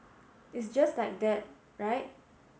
it's just like that right